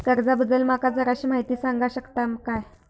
कर्जा बद्दल माका जराशी माहिती सांगा शकता काय?